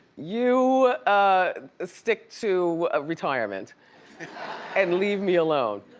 you stick to ah retirement and leave me alone.